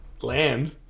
land